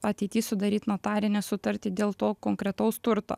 ateity sudaryt notarinę sutartį dėl to konkretaus turto